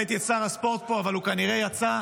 ראיתי את שר הספורט פה, אבל הוא כנראה יצא.